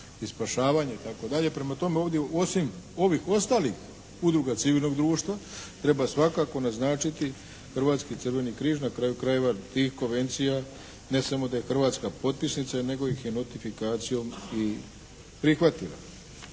i spašavanja, itd. Prema tome u ovdje osim ovih ostalih udruga civilnog društva treba svakako naznačiti Hrvatski crveni križ. Na kraju krajeva i konvencija ne samo da je Hrvatska potpisnica nego ih je notifikacijom i prihvatila.